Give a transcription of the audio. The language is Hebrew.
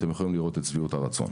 אתם יכולים לראות את שביעות הרצון.